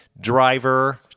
driver